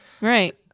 Right